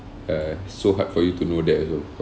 uh so hard for you to know that also